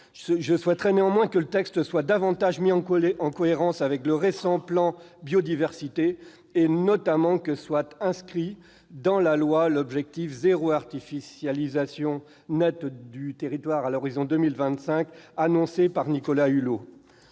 Je souhaiterais néanmoins que le texte soit davantage mis en cohérence avec le récent plan Biodiversité et, notamment, que soit inscrit dans la loi l'objectif « zéro artificialisation nette du territoire en 2025 », annoncé par Nicolas Hulot.